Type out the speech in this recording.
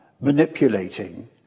manipulating